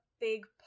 big